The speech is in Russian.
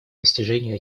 достижению